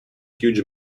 huge